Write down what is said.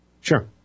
Sure